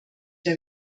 der